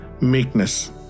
meekness